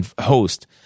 host